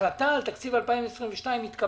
ההחלטה על תקציב 2022, התקבלה.